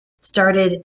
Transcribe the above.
started